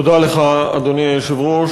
אדוני היושב-ראש,